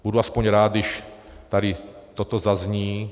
Budu aspoň rád, když tady toto zazní.